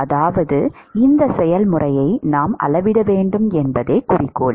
அதாவது இந்த செயல்முறையை நாம் அளவிட வேண்டும் என்பதே குறிக்கோள்